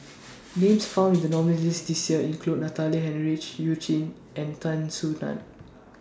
Names found in The nominees' list This Year include Natalie Hennedige YOU Jin and Tan Soo NAN